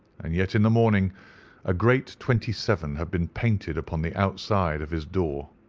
and yet in the morning a great twenty seven had been painted upon the outside of his door.